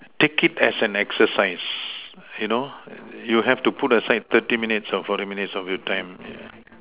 take it as an exercise you know you have to put aside thirty minutes or forty minutes of your time yeah